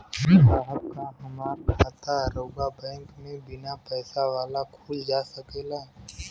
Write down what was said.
साहब का हमार खाता राऊर बैंक में बीना पैसा वाला खुल जा सकेला?